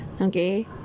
Okay